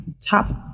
top